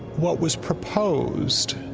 what was proposed